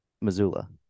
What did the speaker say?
Missoula